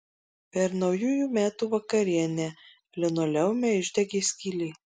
per naujųjų metų vakarienę linoleume išdegė skylė